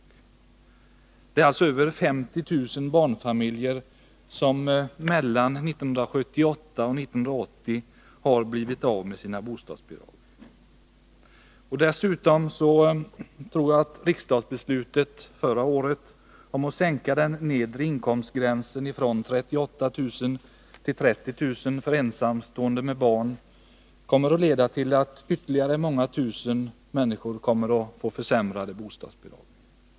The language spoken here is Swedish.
Det är alltså över 50 000 barnfamiljer som mellan 1978 och 1980 har blivit av med sina bostadsbidrag. Dessutom tror jag att riksdagsbeslutet förra året om att sänka den nedre inkomstgränsen från 38 000 till 30 000 kr. för ensamstående med barn kommer att leda till att ytterligare många tusen människor får försämrade bostadsbidrag.